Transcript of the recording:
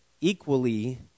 equally